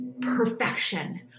perfection